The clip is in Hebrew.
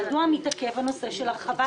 מדוע מתעכב הנושא של הרחבת